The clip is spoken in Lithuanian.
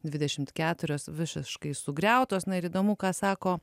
dvidešimt keturios visiškai sugriautos na ir įdomu ką sako